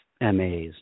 MAs